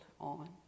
on